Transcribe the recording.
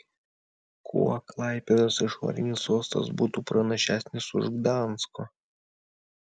kuo klaipėdos išorinis uostas būtų pranašesnis už gdansko